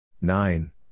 nine